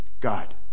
God